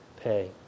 pay